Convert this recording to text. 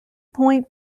point